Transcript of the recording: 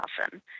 often